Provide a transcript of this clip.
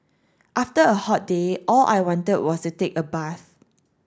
after a hot day all I wanted was to take a bath